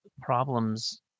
problems